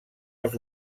els